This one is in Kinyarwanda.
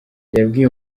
yabwiye